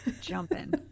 jumping